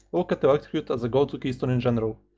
look at electrocute as a go-to keystone in general.